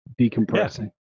decompressing